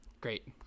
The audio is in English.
Great